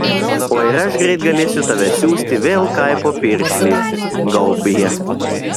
o ir aš greit galėsiu tave siųsti vėl kaipo piršlį gaubyje